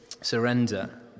surrender